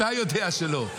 אתה יודע שלא.